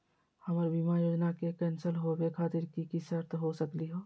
हमर बीमा योजना के कैन्सल होवे खातिर कि कि शर्त हो सकली हो?